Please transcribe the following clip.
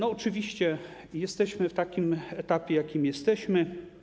Oczywiście jesteśmy na takim etapie, na jakim jesteśmy.